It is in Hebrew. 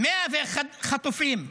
101 חטופים חזרו?